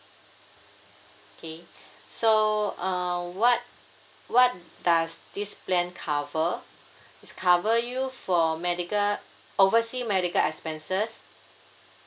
okay so uh what what does this plan cover it's cover you for medical oversea medical expenses